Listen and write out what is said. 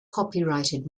copyrighted